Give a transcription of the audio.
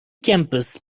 campus